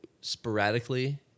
sporadically